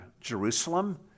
Jerusalem